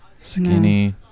Skinny